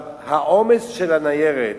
העומס של הניירת,